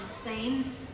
Spain